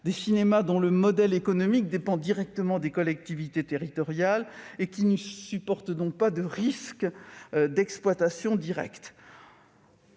des cinémas dont le modèle économique dépend directement des collectivités territoriales, et qui ne supportent donc pas de risques d'exploitation directs.